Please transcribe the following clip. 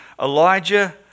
Elijah